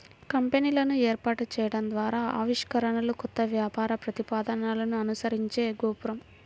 కంపెనీలను ఏర్పాటు చేయడం ద్వారా ఆవిష్కరణలు, కొత్త వ్యాపార ప్రతిపాదనలను అనుసరించే గోపురం